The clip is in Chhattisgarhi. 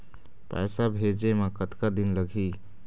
पैसा भेजे मे कतका दिन लगही?